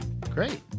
Great